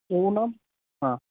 ਅਤੇ ਉਹ ਨਾ ਹਾਂ